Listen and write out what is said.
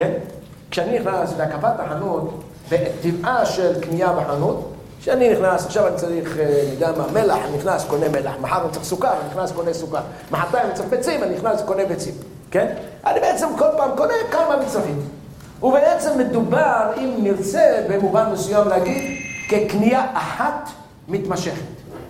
כן? כשאני נכנס להקפת החנות, וטבעה של קנייה בחנות - כשאני נכנס... עכשיו אני צריך, אהה... אני יודע מה? מלח? נכנס קונה מלח. מחר אני צריך סוכר? אני נכנס קונה סוכר. מחרתיים אני צריך ביצים? אני נכנס קונה ביצים. כן? אני בעצם כל פעם קונה כמה מצרכים. ובעצם מדובר, אם נרצה, במובן מסוים להגיד - כקנייה אחת מתמשכת